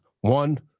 one